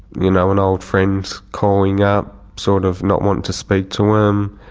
you know, an old friend calling up sort of not wanting to speak to um